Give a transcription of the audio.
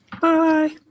Bye